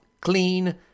clean